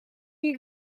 you